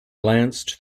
glanced